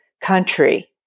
country